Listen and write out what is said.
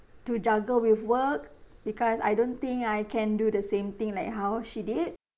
to juggle with work because I don't think I can do the same thing like how she did